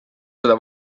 seda